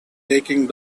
taking